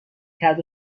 کرد